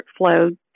workflow